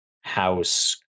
House